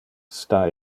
sta